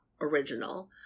original